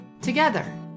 together